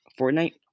Fortnite